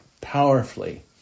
powerfully